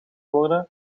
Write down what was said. worden